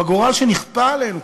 בגורל שנכפה עליהם.